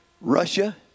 Russia